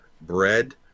bread